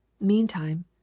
Meantime